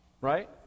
right